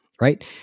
right